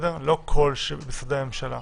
לא כל משרדי הממשלה.